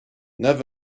neuf